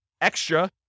extra